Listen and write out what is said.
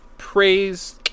praise